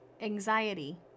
anxiety